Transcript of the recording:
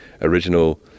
original